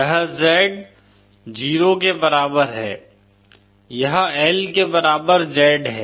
यह Z 0 के बराबर है यह L के बराबर Z है